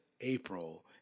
april